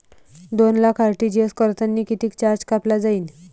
दोन लाख आर.टी.जी.एस करतांनी कितीक चार्ज कापला जाईन?